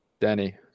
Danny